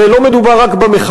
הרי לא מדובר רק במכל,